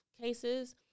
cases